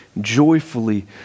joyfully